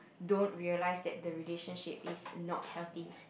don't realise that the relationship is not healthy